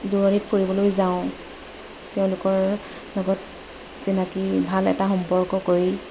দূৰণিত ফুৰিবলৈ যাওঁ তেওঁলোকৰ লগত চিনাকি ভাল এটা সম্পৰ্ক কৰি